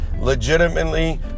legitimately